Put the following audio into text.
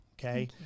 okay